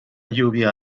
lluvia